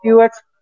UX